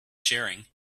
sharing